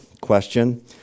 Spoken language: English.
question